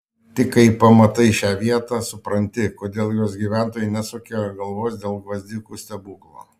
tik kai pamatai šią vietą supranti kodėl jos gyventojai nesuka galvos dėl gvazdikų stebuklo